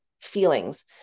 feelings